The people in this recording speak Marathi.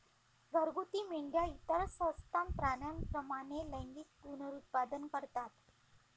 घरगुती मेंढ्या इतर सस्तन प्राण्यांप्रमाणे लैंगिक पुनरुत्पादन करतात